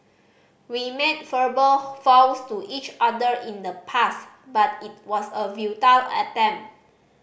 we made verbal vows to each other in the past but it was a futile attempt